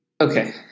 Okay